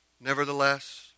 nevertheless